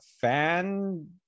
fan